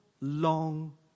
long